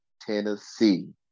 Tennessee